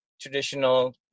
traditional